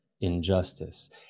injustice